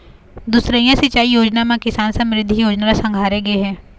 दुसरइया सिंचई योजना म किसान समरिद्धि योजना ल संघारे गे हे